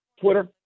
Twitter